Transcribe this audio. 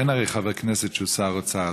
אין הרי חבר כנסת שהוא שר אוצר,